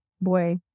boy